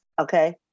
okay